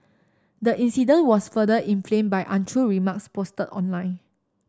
the incident was further inflamed by untrue remarks posted online